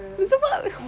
sebab